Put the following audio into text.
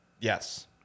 Yes